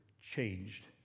changed